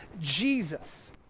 Jesus